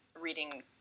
reading